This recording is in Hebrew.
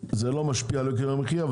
זה לא משפיע על יוקר המחיה,